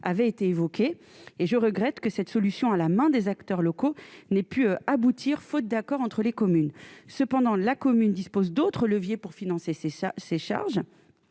avaient été évoquée et je regrette que cette solution à la main des acteurs locaux n'ait pu aboutir faute d'accord entre les communes, cependant, la commune dispose d'autres leviers pour financer, c'est